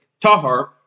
Tahar